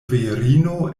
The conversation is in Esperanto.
virino